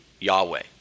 Yahweh